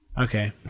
Okay